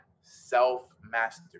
self-mastery